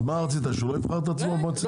אז מה רצית שהוא לא יבחר את עצמו למועצת העיר.